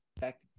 back